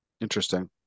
Interesting